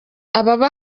ababa